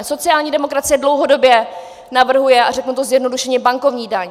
Sociální demokracie dlouhodobě navrhuje a řeknu to zjednodušeně bankovní daň.